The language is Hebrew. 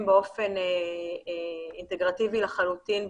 באופן אינטגרטיבי לחלוטין במסגרות.